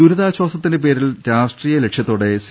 ദുരിതാശ്വാസത്തിന്റെ പേരിൽ രാഷ്ട്രീയ ലക്ഷ്യത്തോടെ സി